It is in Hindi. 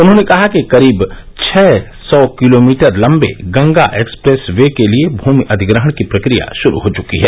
उन्होंने कहा कि करीब छः सौ किलोमीटर लंबे गंगा एक्सप्रेस वे के लिये भूमि अधिग्रहण की प्रक्रिया शुरू हो चुकी है